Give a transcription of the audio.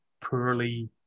poorly